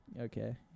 okay